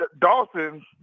Dawson